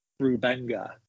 Rubenga